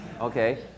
okay